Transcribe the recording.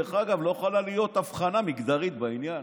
דרך אגב, לא יכולה להיות הבחנה מגדרית בעניין.